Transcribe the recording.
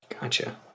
Gotcha